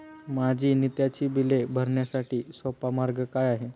माझी नित्याची बिले भरण्यासाठी सोपा मार्ग काय आहे?